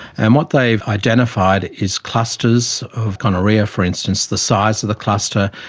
and what they've identified is clusters of gonorrhoea, for instance, the size of the cluster,